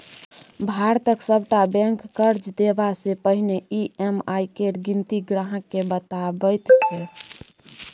भारतक सभटा बैंक कर्ज देबासँ पहिने ई.एम.आई केर गिनती ग्राहकेँ बताबैत छै